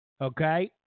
okay